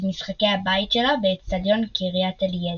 משחקי הבית שלה באצטדיון קריית אליעזר.